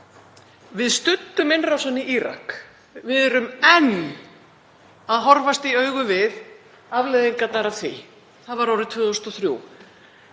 Við studdum innrásina í Írak. Við erum enn að horfast í augu við afleiðingarnar af því. Það var árið 2003.